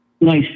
nice